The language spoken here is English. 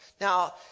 now